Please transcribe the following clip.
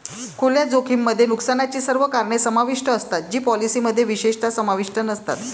खुल्या जोखमीमध्ये नुकसानाची सर्व कारणे समाविष्ट असतात जी पॉलिसीमध्ये विशेषतः समाविष्ट नसतात